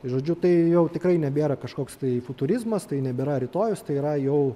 žodžiu tai jau tikrai nebėra kažkoks tai futurizmas tai nebėra rytojus tai yra jau